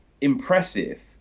impressive